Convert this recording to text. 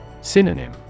Synonym